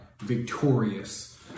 victorious